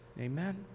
Amen